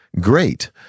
great